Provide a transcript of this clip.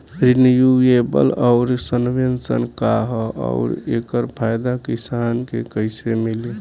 Renewable आउर subvention का ह आउर एकर फायदा किसान के कइसे मिली?